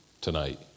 tonight